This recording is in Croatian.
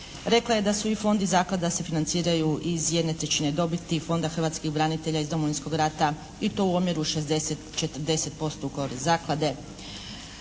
Rekla je da su i Fond i zaklada se financiraju iz jedne trećine dobiti Fonda hrvatskih branitelja iz Domovinskog rata i to u omjeru 60:40% u korist zaklade.